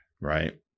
right